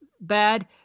bad